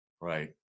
Right